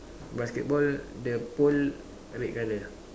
basketball the pole red colour